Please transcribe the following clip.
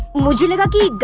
will do lucky